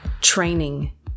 training